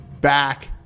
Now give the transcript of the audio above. back